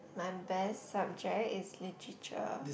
my best subject is Literature